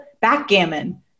backgammon